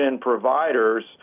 providers